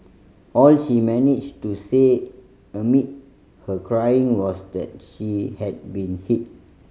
all she managed to say amid her crying was that she had been hit